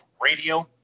Radio